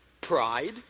pride